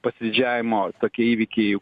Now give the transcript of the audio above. pasididžiavimo tokie įvykiai